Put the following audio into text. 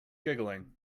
giggling